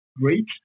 great